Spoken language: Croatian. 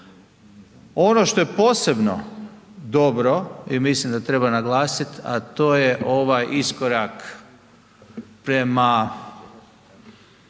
Ono što je posebno dobro i mislim da treba naglasiti, a to je ovaj iskorak prema